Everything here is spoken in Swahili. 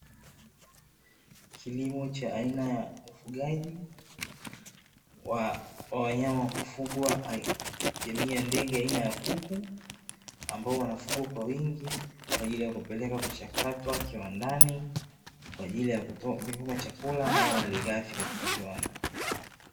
Kilimo cha aina ya ufugaji wa wanyama wa kufugwa jamii ya ndege aina ya kuku, ambao wanafugwa kwa wingi kwa ajili ya kupelekwa kuchakatwa kiwandani, kwa ajili ya kutoa chakula ama malighafi katika viwanda.